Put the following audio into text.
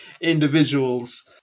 individuals